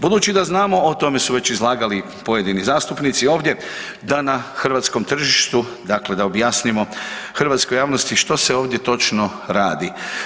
Budući da znamo, a o tome su već izlagali pojedini zastupnici ovdje da na hrvatskom tržištu, dakle da objasnimo hrvatskoj javnosti što se ovdje točno radi.